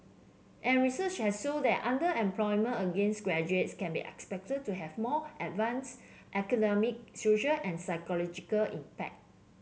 and research has shown that underemployment against graduates can be expected to have more adverse economic social and psychological impact